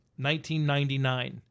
1999